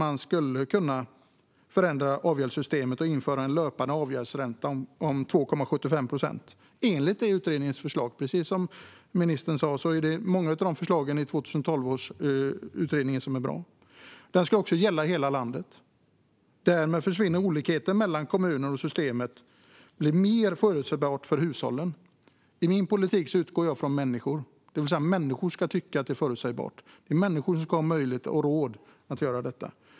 Man skulle kunna förändra avgäldssystemet och införa en löpande avgäldsränta om 2,75 procent, enligt utredningens förslag - precis som ministern sa är många av förslagen i utredningen från 2012 bra. Det ska också gälla i hela landet. Därmed försvinner olikheten mellan kommuner, och systemet blir mer förutsägbart för hushållen. I min politik utgår jag från människor. Det betyder att människor ska tycka att det är förutsägbart. Det är människor som ska ha möjlighet och råd att göra detta.